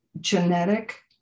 genetic